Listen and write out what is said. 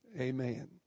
Amen